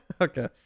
Okay